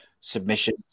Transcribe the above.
submission